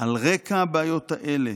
--- על רקע הבעיות האלה